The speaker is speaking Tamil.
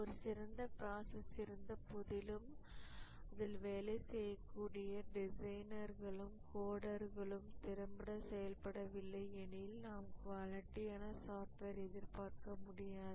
ஒரு சிறந்த ப்ராசஸ் இருந்தபோதிலும் அதில் வேலை செய்யக்கூடிய டிசைனர்களும் கோடர்களும் திறம்பட செயல்படவில்லை எனில் நாம் குவாலிட்டியான சாஃப்ட்வேர் எதிர்பார்க்க முடியாது